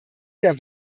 der